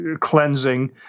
cleansing